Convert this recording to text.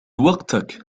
وقتك